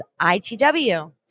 ITW